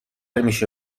میشه